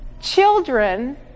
Children